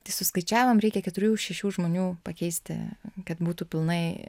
tai suskaičiavom reikia keturių šešių žmonių pakeisti kad būtų pilnai